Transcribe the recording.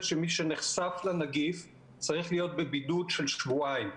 שמי שנחשף לנגיף צריך להיות בבידוד של שבועיים.